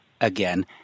again